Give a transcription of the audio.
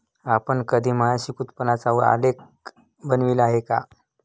आपण कधी मासिक उत्पन्नाचा आलेख बनविला आहे का?